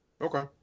Okay